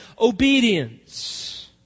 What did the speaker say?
obedience